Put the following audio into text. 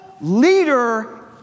leader